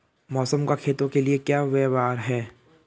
मौसम का खेतों के लिये क्या व्यवहार है?